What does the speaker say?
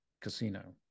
casino